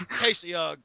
Casey